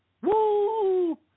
Woo